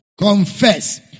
confess